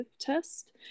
test